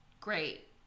great